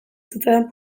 zitzaidan